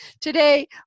Today